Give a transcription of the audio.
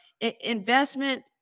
investment